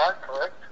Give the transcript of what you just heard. correct